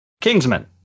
Kingsman